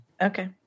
okay